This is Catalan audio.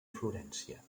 florència